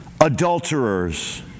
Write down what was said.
adulterers